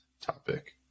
topic